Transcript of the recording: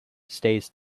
stays